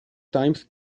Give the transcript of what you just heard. times